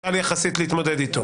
קל יחסית להתמודד איתו,